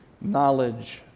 knowledge